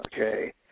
Okay